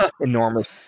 enormous